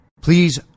Please